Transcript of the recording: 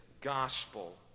gospel